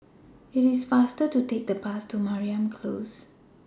IT IS faster to Take The Bus to Mariam Close